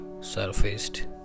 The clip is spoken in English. surfaced